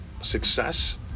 success